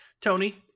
tony